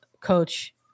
coach